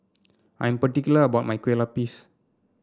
I am particular about my Kueh Lapis